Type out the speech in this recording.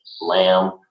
lamb